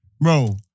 Bro